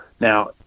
now